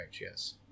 yes